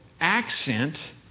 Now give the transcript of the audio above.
accent